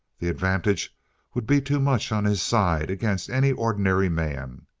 the advantage would be too much on his side against any ordinary man.